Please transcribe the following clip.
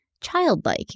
childlike